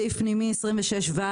בסעיף פנימי 26ה,